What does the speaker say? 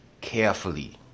carefully